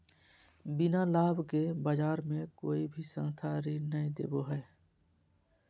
बिना लाभ के बाज़ार मे कोई भी संस्था ऋण नय देबो हय